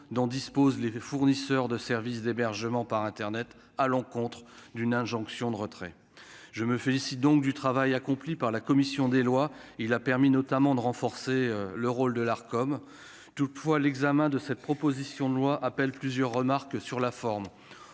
dont disposent les fournisseurs de services d'hébergement par Internet à l'encontre d'une injonction de retrait, je me félicite donc du travail accompli par la commission des Lois il a permis notamment de renforcer le rôle de l'Arcom toutefois, l'examen de cette proposition de loi appelle plusieurs remarques sur la forme